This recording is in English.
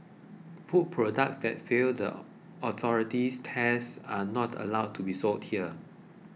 food products that fail the authority's tests are not allowed to be sold here